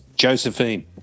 Josephine